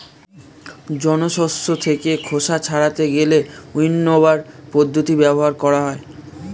জন শস্য থেকে খোসা ছাড়াতে গেলে উইন্নবার পদ্ধতি ব্যবহার করে